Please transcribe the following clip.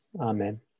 Amen